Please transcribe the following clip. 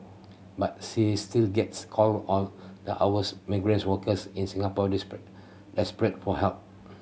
but she still gets call all the hours migrants workers in Singapore desperate for help